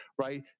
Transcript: Right